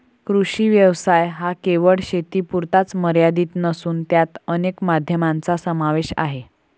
कृषी व्यवसाय हा केवळ शेतीपुरता मर्यादित नसून त्यात अनेक माध्यमांचा समावेश आहे